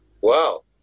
Wow